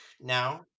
now